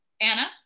Anna